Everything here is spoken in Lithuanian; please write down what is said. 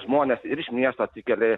žmonės ir iš miesto atsikelia